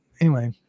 anyway-